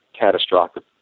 catastrophic